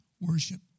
Worship